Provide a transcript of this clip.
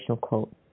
quote